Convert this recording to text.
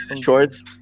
shorts